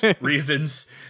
reasons